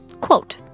Quote